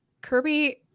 Kirby